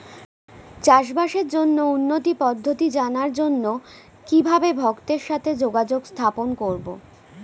চাষবাসের জন্য উন্নতি পদ্ধতি জানার জন্য কিভাবে ভক্তের সাথে যোগাযোগ স্থাপন করব?